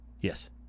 Yes